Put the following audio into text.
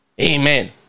Amen